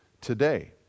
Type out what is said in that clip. today